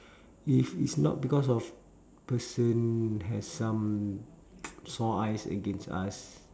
if is not because of person has some sore eyes against us